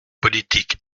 politique